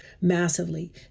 massively